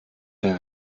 der